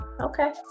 Okay